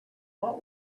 what